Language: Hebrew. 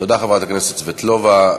תודה, חברת הכנסת סבטלובה.